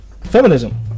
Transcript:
feminism